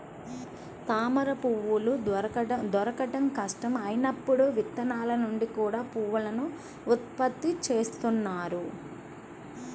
తామరపువ్వులు దొరకడం కష్టం అయినప్పుడు విత్తనాల నుంచి కూడా పువ్వులను ఉత్పత్తి చేస్తున్నారు